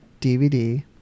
DVD